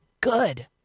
good